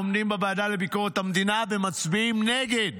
עומדים בוועדה לביקורת המדינה ומצביעים נגד